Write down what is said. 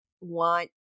want